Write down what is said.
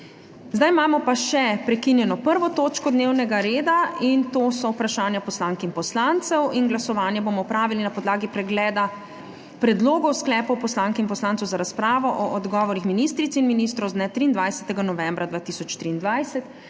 Nadaljujemo sprekinjeno 1. točko dnevnega reda, to so Vprašanja poslank in poslancev. Glasovanje bomo opravili na podlagi pregleda predlogov sklepov poslank in poslancev za razpravo o odgovorih ministric in ministrov z dne 23. novembra 2023,